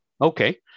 Okay